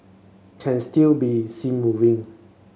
can still be seen moving